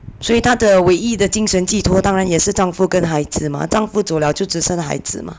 所以她的唯一的精神寄托当然也是丈夫跟孩子 mah 丈夫走了就只剩孩子 mah